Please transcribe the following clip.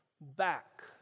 back